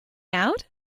out